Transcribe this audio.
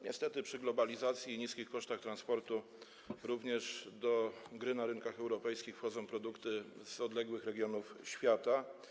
Niestety przy globalizacji i niskich kosztach transportu również do gry na rynkach europejskich wchodzą produkty z odległych regionów świata.